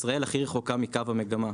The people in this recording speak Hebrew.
ישראל הכי רחוקה מקו המגמה.